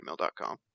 gmail.com